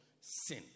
sin